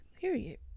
Period